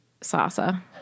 Sasa